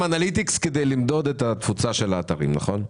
אנליטיקס כדי למדוד את התפוצה של האתרים, נכון?